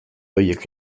horiek